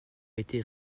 été